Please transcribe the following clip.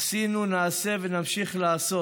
עשינו, נעשה ונמשיך לעשות.